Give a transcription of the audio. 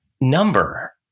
number